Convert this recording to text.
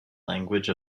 language